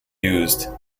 used